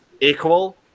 equal